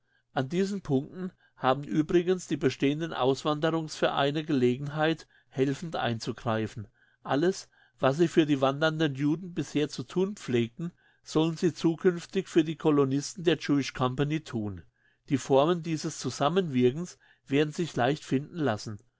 an diesen punkten haben übrigens die bestehenden auswanderungsvereine gelegenheit helfend einzugreifen alles was sie für die wandernden juden bisher zu thun pflegten sollen sie zukünftig für die colonisten der jewish company thun die formen dieses zusammenwirkens werden sich leicht finden lassen